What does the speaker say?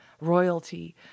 royalty